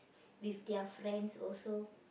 with their friends also